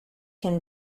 can